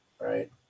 Right